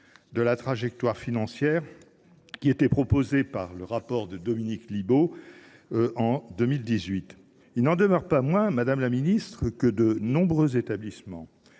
de la trajectoire financière proposée dans le rapport de Dominique Libault en 2018. Il n’en demeure pas moins, madame la ministre, que de nombreux établissements